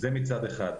זה מצד אחד.